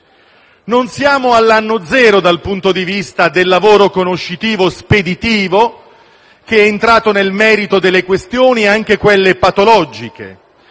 Non siamo all'anno zero, dal punto di vista del lavoro conoscitivo speditivo, che è entrato nel merito delle questioni, anche quelle patologiche,